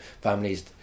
families